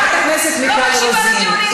חברת הכנסת מיכל רוזין,